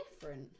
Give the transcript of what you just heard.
different